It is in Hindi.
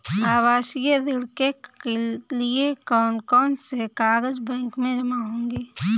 आवासीय ऋण के लिए कौन कौन से कागज बैंक में जमा होंगे?